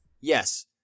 Yes